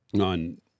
on